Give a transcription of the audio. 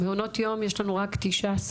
מעונות יום יש לנו רק 19?